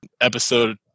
episode